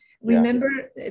Remember